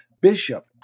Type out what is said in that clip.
Bishop